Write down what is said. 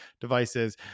devices